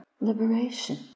liberation